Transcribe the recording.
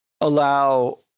allow